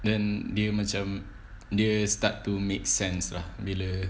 then dia macam dia start to make sense lah bila